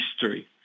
history